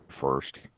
first